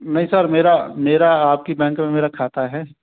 नहीं सर मेरा मेरा आपके बैंक में मेरा खाता है